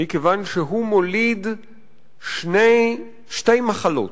מכיוון שהוא מוליד שתי מחלות.